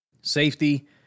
Safety